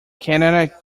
canada